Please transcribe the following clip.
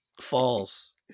false